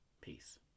Peace